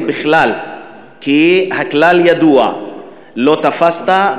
ובכלל כי הכלל ידוע: לא תפסת,